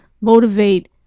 motivate